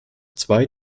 zwei